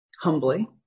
humbly